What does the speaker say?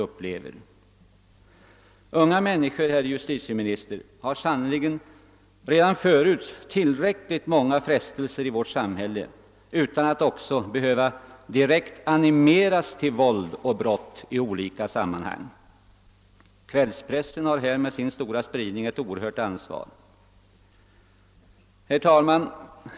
Unga människor har, herr justitieminister, sannerligen redan förut tillräckligt många frestelser i vårt samhälle utan att också behöva direkt animeras till våld och brott i olika sammanhang. Kvällspressen har härvidlag med sin stora spridning ett oerhört ansvar.